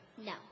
No